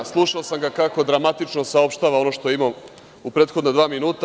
Slušao sam ga kako dramatično saopštava ono što ima u prethodna dva minuta.